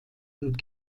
und